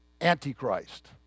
antichrist